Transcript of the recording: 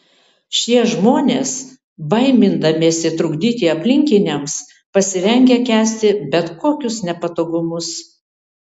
šie žmonės baimindamiesi trukdyti aplinkiniams pasirengę kęsti bet kokius nepatogumus